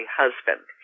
husband